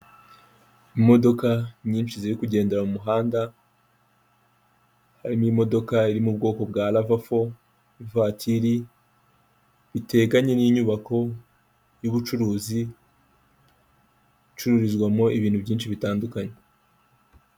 Imodoka nyinshi ziri kugendera mu muhanda harimo imodoka iri mu bwoko bwa RAVA 4,ivatiri biteganye n'inyubako y'ubucuruzi icururizwamo ibintu byinshi bitandukanye.